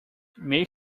make